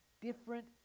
different